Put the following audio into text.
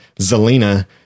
Zelina